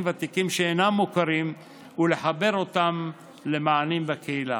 ותיקים שאינם מוכרים ולחבר אותם למענים בקהילה.